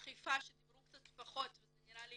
ואכיפה שדיברו עליה קצת פחות, וזה נראה לי